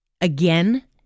again